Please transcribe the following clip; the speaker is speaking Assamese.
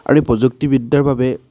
আৰু এই প্ৰযুক্তিবিদ্যাৰ বাবে